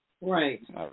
Right